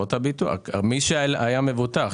חברות הביטוח נתנו למי שהיה מבוטח,